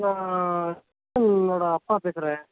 நான் ஓட அப்பா பேசறேன்